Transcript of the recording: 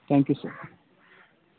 thank you sir